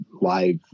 live